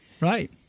Right